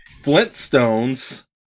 Flintstones